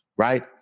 Right